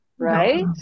right